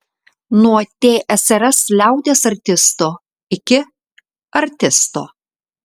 nuo tsrs liaudies artisto iki artisto